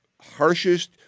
harshest